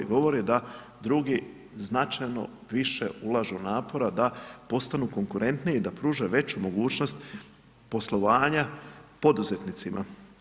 Govori da drugi značajno više ulažu napora da postanu konkurentniji i da pruže veću mogućnost poslovanja poduzetnicima.